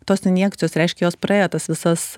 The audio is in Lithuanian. tos injekcijos reiškia jos praėję tas visas